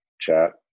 chat